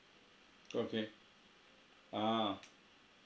okay ah